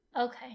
okay